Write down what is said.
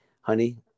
honey